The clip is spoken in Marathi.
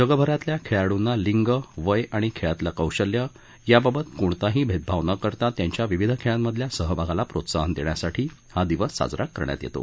जगभरातल्या खेळाडूंना लिंग वय आणि खेळातलं कौशल्य याबाबत कोणताही भेदभाव न करता त्यांच्या विविध खेळांमधल्या सहभागाला प्रोत्साहन देण्यासाठी हा दिवस साजरा करण्यात येतो